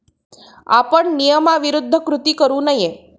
आपण नियमाविरुद्ध कृती करू नये